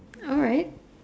alright